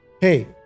Hey